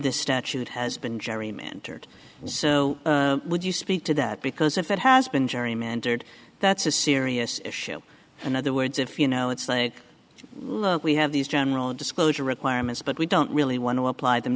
this statute has been gerrymandered so would you speak to that because if it has been gerrymandered that's a serious issue and other words if you know it's like we have these general disclosure requirements but we don't really want to apply them